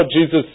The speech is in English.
Jesus